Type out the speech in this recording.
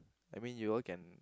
I mean you all can